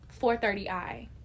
430i